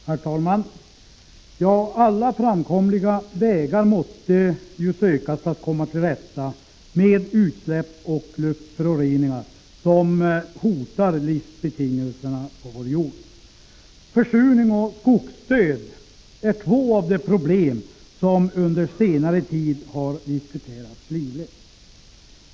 Herr talman! Alla framkomliga vägar måste sökas för att vi skall komma till rätta med utsläpp och luftföroreningar som hotar livsbetingelserna på vår jord. Försurning och skogsdöd är två av de problem som under senare tid har diskuterats livligt.